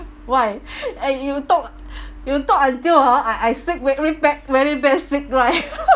why eh you talk ah you talk until ah I I sick very bad very bad sick right